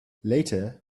later